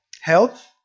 health